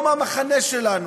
לא מהמחנה שלנו.